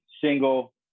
single